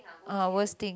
ah worst thing